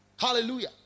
Hallelujah